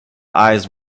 eyes